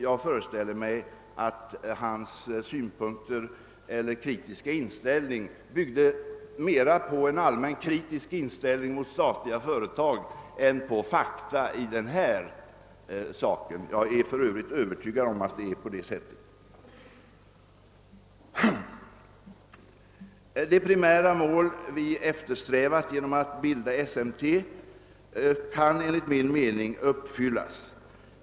Jag föreställer mig att hans kritiska inställning byggde mer på en allmän kritisk inställning till statliga företag än på fakta i denna sak. Jag är för övrigt övertygad om att det förhåller sig så. Det primära mål vi eftersträvat att uppnå genom att bilda SMT kan enligt min mening uppfyllas.